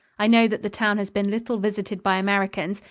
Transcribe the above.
i know that the town has been little visited by americans,